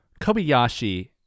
Kobayashi